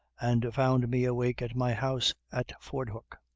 and found me awake at my house at fordhook.